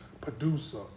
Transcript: producer